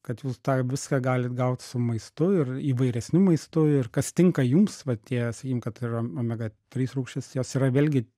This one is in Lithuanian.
kad jūs tą viską galit gaut su maistu ir įvairesniu maistu ir kas tinka jums vat tie sakykim kad ir o omega trys rūgštys jos yra vėlgi